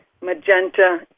magenta